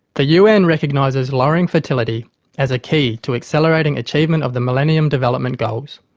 the un recognises lowering fertility as a key to accelerating achievement of the millennium development goals.